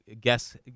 guess